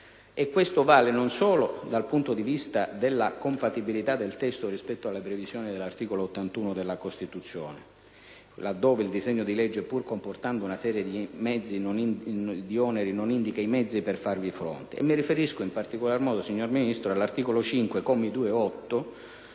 copertura finanziaria. Vi è un problema di compatibilità del testo rispetto alle previsioni dell'articolo 81 della Costituzione, laddove il disegno di legge, pur comportando una serie di oneri, non indica i mezzi per farvi fronte. Mi riferisco, in particolare modo, signora Ministro, all'articolo 5, commi 2 e 8,